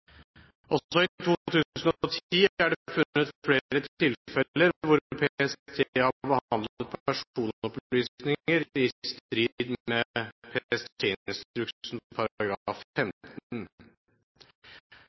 Også i 2010 er det funnet flere tilfeller hvor PST har behandlet personopplysninger i strid med